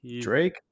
Drake